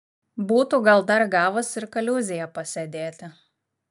būtų gal dar gavusi ir kaliūzėje pasėdėti